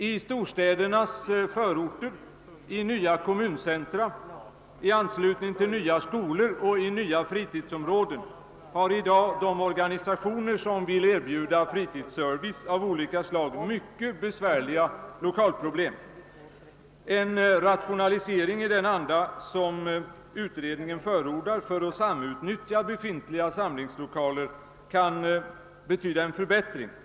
I storstädernas förorter, i nya kommuncentra, i anslutning till nya skolor och i nya fritidsområden har i dag de organisationer, som vill erbjuda fritidsservice av olika slag, mycket besvärliga lokalproblem. En rationalisering i den anda som utredningen förordar för att samutnyttja befintliga samlingslokaler kan betyda en förbättring.